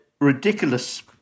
ridiculous